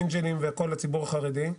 אנג'לים וכל הציבור החרדי?